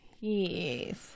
Yes